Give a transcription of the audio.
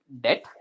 debt